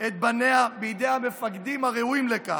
את בניה בידי מפקדים הראויים לכך".